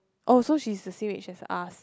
oh so she's the same age as us